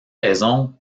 raison